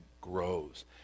grows